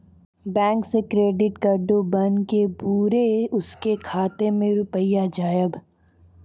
Bank से credit card बन के बुरे उनके खाता मे रुपिया जाएब?